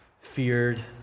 feared